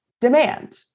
demand